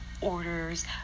orders